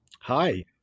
Hi